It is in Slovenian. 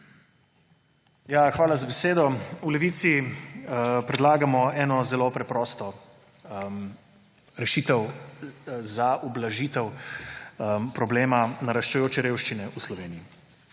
Hvala za besedo. V Levici predlagamo eno zelo preprosto rešitev za ublažitev problema naraščajoče revščine v Sloveniji.